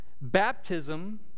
Baptism